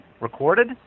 Recorded